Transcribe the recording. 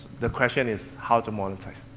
the question is how to monetize.